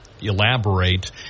elaborate